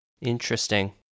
Interesting